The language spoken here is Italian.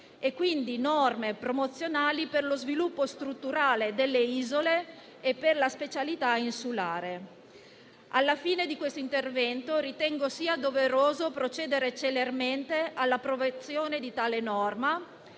e, quindi, norme promozionali per lo sviluppo strutturale delle isole e per la specialità insulare. Alla fine di questo intervento ritengo sia doveroso procedere celermente all'approvazione di tale norma